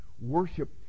Worship